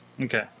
Okay